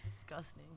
disgusting